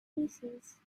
feces